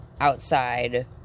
outside